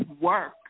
work